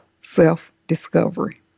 self-discovery